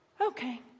Okay